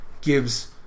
gives